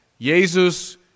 Jesus